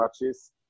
matches